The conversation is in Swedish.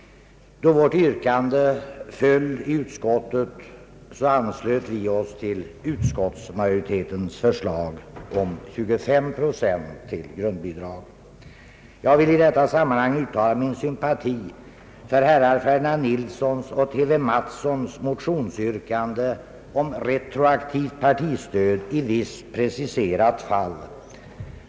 Då vårt yrkande föll i utskottet, anslöt vi oss till utskottsmajoritetens förslag om 25 procent till grundbidrag. Jag vill i detta sammanhang uttala min sympati för herrar Ferdinand Nilssons och Torsten Mattssons motionsyrkande om retroaktivt partistöd i visst preciserat fall.